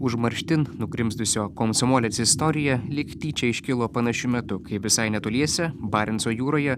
užmarštin nugrimzdusio komsomolec istorija lyg tyčia iškilo panašiu metu kai visai netoliese barenco jūroje